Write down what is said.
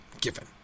given